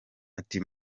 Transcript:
ati